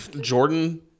Jordan